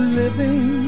living